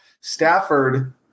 Stafford